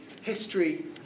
history